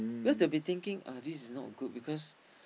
because they will be thinking uh this is not good because